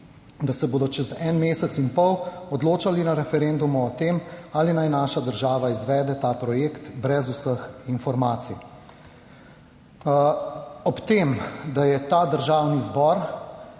da se bodo čez en mesec in pol odločali na referendumu o tem, ali naj naša država izvede ta projekt brez vseh informacij. Ob tem, da je ta Državni zbor